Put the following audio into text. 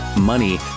money